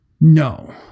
No